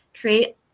create